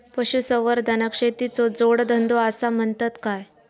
पशुसंवर्धनाक शेतीचो जोडधंदो आसा म्हणतत काय?